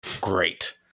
great